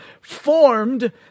formed